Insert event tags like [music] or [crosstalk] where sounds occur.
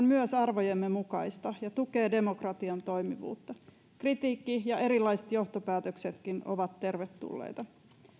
[unintelligible] myös arvojemme mukaista ja tukee demokratian toimivuutta kritiikki ja erilaiset johtopäätöksetkin ovat tervetulleita